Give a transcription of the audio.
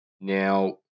Now